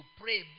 pray